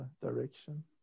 direction